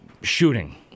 shooting